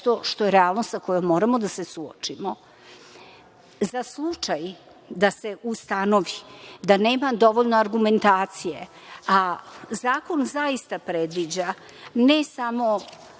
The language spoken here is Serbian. što je realnost sa kojom moramo da se suočimo.Za slučaj da se ustanovi da nema dovoljno argumentacije, a zakon zaista predviđa ne samo